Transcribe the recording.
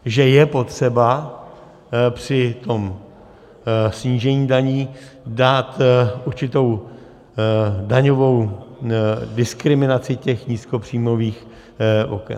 Že je potřeba při tom snížení daní dát určitou daňovou diskriminaci těch nízkopříjmových oken.